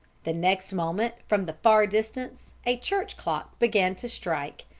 the next moment, from the far distance, a church clock began to strike.